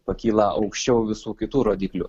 pakyla aukščiau visų kitų rodiklių